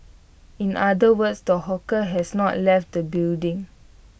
in other words the hawker has not left the building